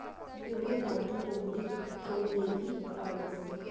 pure गावठी कोंबडी कोनलेभी आवडस